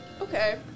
Okay